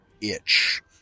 itch